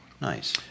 Nice